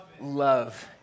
love